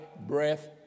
breath